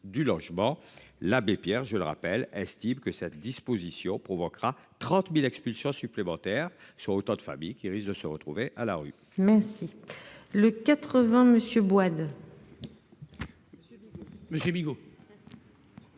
du logement. L'abbé Pierre, je le rappelle, estime que cette disposition provoquera 30.000 expulsions supplémentaires soit autant de familles qui risque de se retrouver à la rue. Merci. Le 80 monsieur Bois-d'.